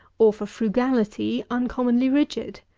or for frugality uncommonly rigid.